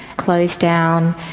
close down,